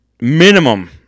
minimum